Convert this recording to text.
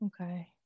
Okay